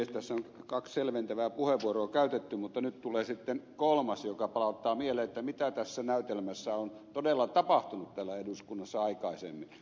tässä on kaksi selventävää puheenvuoroa käytetty mutta nyt tulee sitten kolmas joka palauttaa mieleen mitä tässä näytelmässä on todella tapahtunut täällä eduskunnassa aikaisemmin